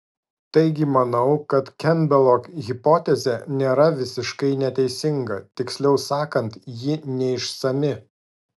taigi manau kad kempbelo hipotezė nėra visiškai neteisinga tiksliau sakant ji neišsami